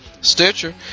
Stitcher